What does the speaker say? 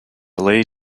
lay